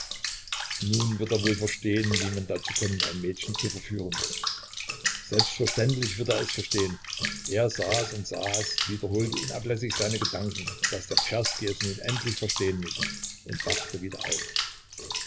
nun wird er wohl verstehen wie man dazu kommt ein mädchen zu verführen selbstverständlich wird er verstehen er saß und saß wiederholte unablässig in seinen gedanken daß der czerski es nun endlich verstehen müsse und wachte wieder auf